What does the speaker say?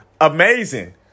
amazing